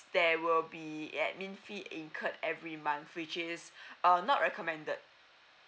there will be admin fee incurred every month which is uh not recommended